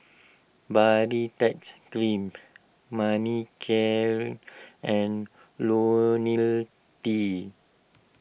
Baritex Cream Manicare and Lonil T